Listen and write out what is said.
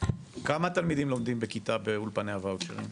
כמה תלמידים בכיתה לומדים בכיתה באולפני הוואוצ'רים?